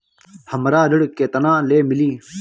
हमरा ऋण केतना ले मिली?